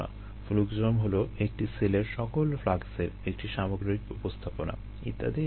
fluxome হলো একটি সেলের সকল ফ্লাক্সের একটি সামগ্রিক উপস্থাপনা ইত্যাদি ইত্যাদি